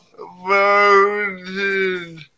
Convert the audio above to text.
voted